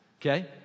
Okay